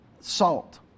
salt